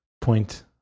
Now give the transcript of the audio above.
point